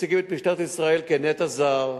מציגים את משטרת ישראל כנטע זר,